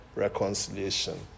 Reconciliation